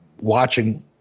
watching